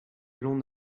l’on